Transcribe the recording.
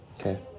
Okay